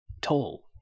tall